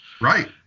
Right